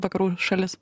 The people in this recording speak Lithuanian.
vakarų šalis